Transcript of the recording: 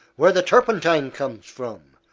where the turpentine comes from,